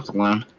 one